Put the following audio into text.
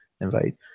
invite